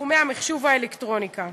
בתחומי המחשוב והאלקטרוניקה.